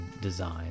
design